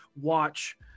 watch